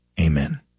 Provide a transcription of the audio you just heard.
Amen